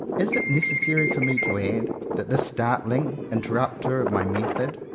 is it necessary for me to add that this startling interrupter of my method,